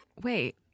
Wait